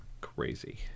Crazy